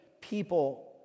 people